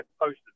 posted